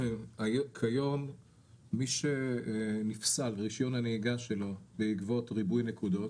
כיום מי שנפסל רישיון הנהיגה שלו בעקבות ריבוי נקודות,